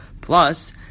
Plus